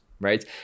right